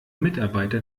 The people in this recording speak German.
mitarbeiter